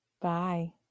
Bye